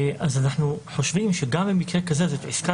אז אנחנו חושבים שגם במקרה כזה זאת עסקה